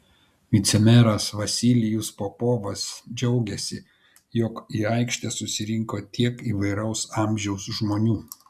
vicemeras vasilijus popovas džiaugėsi jog į aikštę susirinko tiek įvairaus amžiaus žmonių